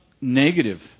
negative